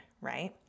right